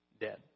dead